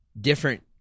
different